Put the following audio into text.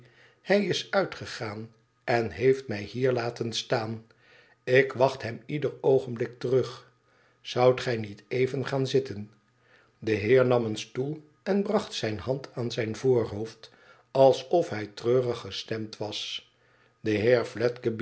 ihij is uitgegaan en heeft mij hier laten staan ik wacht hem ieder oogenblik terug zoudt gij niet even gaan zitten de heer nam een stoel en bracht zijne hand aan zijn voorhoofd alsof hij treurig gestemd was de